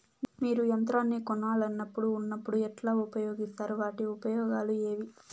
మీరు యంత్రాన్ని కొనాలన్నప్పుడు ఉన్నప్పుడు ఎట్లా ఉపయోగిస్తారు వాటి ఉపయోగాలు ఏవి?